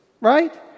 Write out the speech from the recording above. right